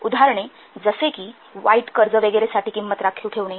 उदाहरणे जसे कि वाईट कर्ज वगैरे साठी किंमत राखीव ठेवणे